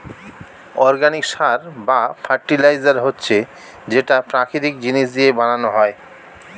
organic সার বা fertiliser হচ্ছে যেটা প্রাকৃতিক জিনিস দিয়ে বানানো হয়